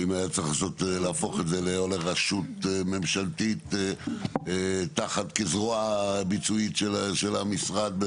האם היה צריך להפוך את זה לרשות ממשלתית כזרוע ביצועית של המשרד.